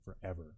forever